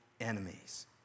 enemies